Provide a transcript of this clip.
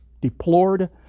deplored